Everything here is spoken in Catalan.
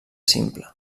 simple